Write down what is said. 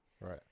Right